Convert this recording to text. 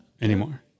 anymore